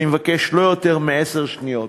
אני מבקש לא יותר מעשר שניות: